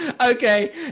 Okay